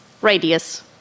radius